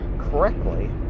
Correctly